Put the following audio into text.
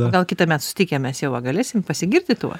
o gal kitąmet susitikę mes jau va galėsim pasigirti tuo